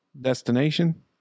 destination